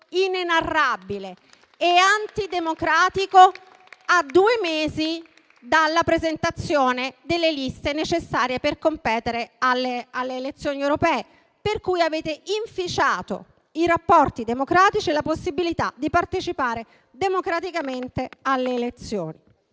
inenarrabile e antidemocratico a due mesi dalla presentazione delle liste necessarie per competere alle elezioni europee. Per cui avete inficiato i rapporti democratici e la possibilità di partecipare democraticamente alle elezioni.